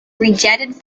rejected